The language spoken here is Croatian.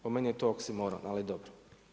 Po meni je to oksimoron, ali dobro.